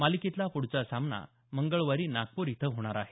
मालिकेतला पुढचा सामना मंगळवारी नागपूर इथं होणार आहे